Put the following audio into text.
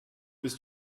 bist